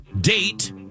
date